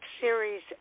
Series